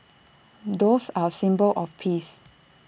doves are A symbol of peace